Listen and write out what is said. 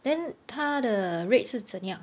then 他的 rate 是怎样